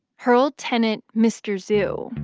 her old tenant, mr. zhu,